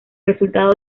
resultado